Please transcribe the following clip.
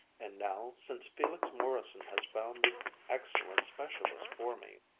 and now, since felix morrison has found this excellent specialist for me,